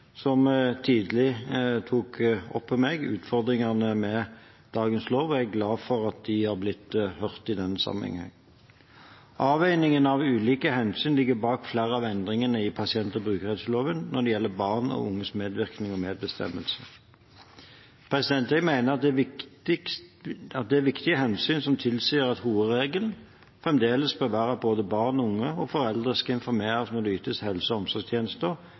som tidlig tok opp med meg utfordringene med dagens lov, og jeg er glad for at de har blitt hørt i denne sammenhengen. Avveiningen av ulike hensyn ligger bak flere av endringene i pasient- og brukerrettighetsloven når det gjelder barn og unges medvirkning og medbestemmelse. Jeg mener det er viktige hensyn som tilsier at hovedregelen fremdeles bør være at både barn og unge og foreldre skal informeres når det ytes helse- og omsorgstjenester